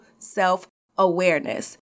self-awareness